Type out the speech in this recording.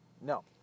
No